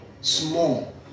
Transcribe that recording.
small